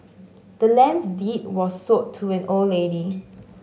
the land's deed was sold to the old lady